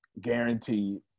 guaranteed